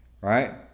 Right